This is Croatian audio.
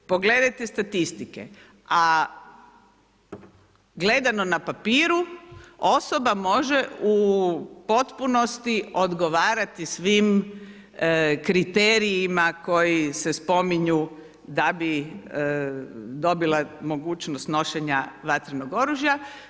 Pogledajte statistike, a gledano na papiru osoba može u potpunosti odgovarati svim kriterijima koji se spominju da bi dobila mogućnost nošenja vatrenog oružja.